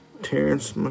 Terrence